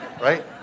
right